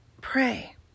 pray